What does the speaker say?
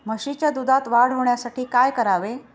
म्हशीच्या दुधात वाढ होण्यासाठी काय करावे?